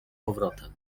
powrotem